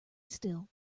still